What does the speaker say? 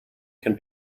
can